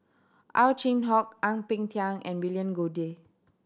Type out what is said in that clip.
Ow Chin Hock Ang Peng Tiam and William Goode